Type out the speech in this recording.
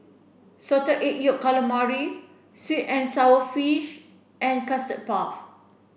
salted egg yolk calamari sweet and sour fish and custard puff